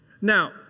Now